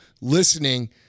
listening